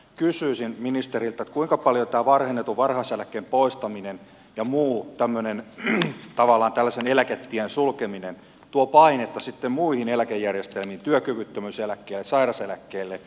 kysyisin ministeriltä kuinka paljon tämä varhennetun varhaiseläkkeen poistaminen ja muu tällaisen eläketien sulkeminen tuo painetta sitten muihin eläkejärjestelmiin työkyvyttömyyseläkkeelle sairaseläkkeelle